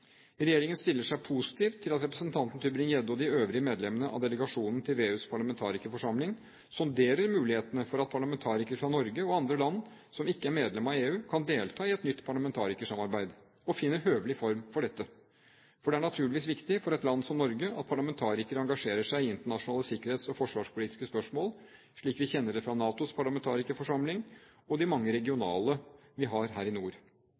Regjeringen stiller seg positiv til at representanten Tybring-Gjedde og de øvrige medlemmene av delegasjonen til VEUs parlamentarikerforsamling sonderer mulighetene for at parlamentarikere fra Norge og andre land, som ikke er medlemmer av EU, kan delta i et nytt parlamentarikersamarbeid og finne en høvelig form for dette. Det er naturligvis viktig for et land som Norge at parlamentarikere engasjerer seg i internasjonale sikkerhets- og forsvarspolitiske spørsmål, slik vi kjenner det fra NATOs parlamentarikerforsamling og de mange regionale organer vi har her i nord.